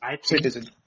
citizen